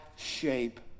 shape